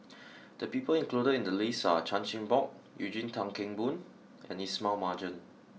the people included in the list are Chan Chin Bock Eugene Tan Kheng Boon and Ismail Marjan